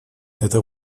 это